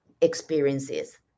experiences